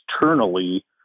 externally